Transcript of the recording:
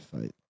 fight